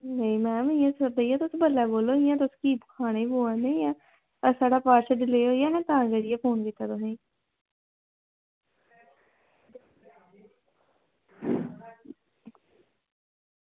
नेईं भैया तुस ल्लें बोल्लो तुस इं'या खाने गी की बोला नै ते साढ़ा पॉर्सल डिले होई गेआ ना तां फोन कीता तुसेंगी